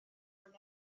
anodd